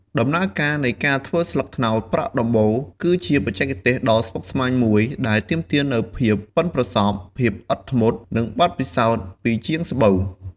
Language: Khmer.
ដំណើរការនៃការធ្វើស្លឹកត្នោតប្រក់ដំបូល គឺជាបច្ចេកទេសដ៏ស្មុគស្មាញមួយដែលទាមទារនូវភាពប៉ិនប្រសប់ ភាពអត់ធ្មត់ និងបទពិសោធន៍ពីជាងស្បូវ។